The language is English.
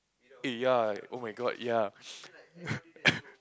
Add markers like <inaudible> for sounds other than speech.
eh ya oh-my-god ya <noise> <coughs>